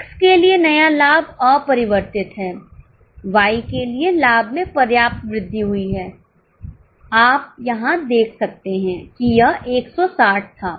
X के लिए नया लाभ अपरिवर्तित है Y के लिए लाभ में पर्याप्त वृद्धि हुई है आप यहां देख सकते हैं कि यह 160 था